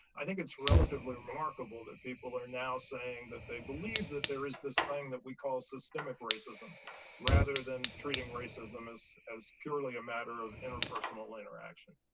i think it's relatively remarkable that people are now saying that they believe that there is this thing that we call systemic racism rather than treating racism as. as purely a matter of interpersonal interaction.